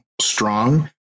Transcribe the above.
strong